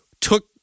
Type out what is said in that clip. took